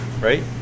right